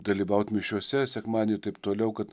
dalyvaut mišiose sekmadienį taip toliau kad